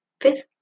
Fifth